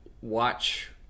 watch